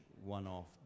one-off